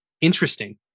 interesting